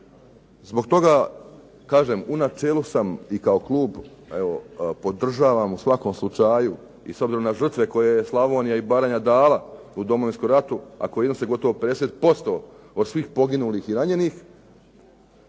Zbog toga kažem u načelu sam i kao klub, evo podržavam u svakom slučaju i s obzirom na žrtve koje je Slavonija i Baranja dala u Domovinskom ratu, a koji iznose gotovo 50% od svih poginulih i ranjenih.